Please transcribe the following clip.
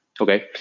Okay